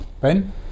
Ben